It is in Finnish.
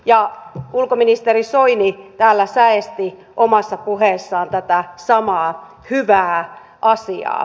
ja ulkoministeri soini täällä säesti omassa puheessaan tätä samaa hyvää asiaa